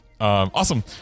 awesome